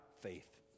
faith